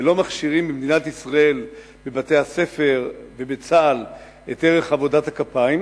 ולא מכשירים במדינת ישראל בבתי-הספר ובצה"ל את ערך עבודת הכפיים,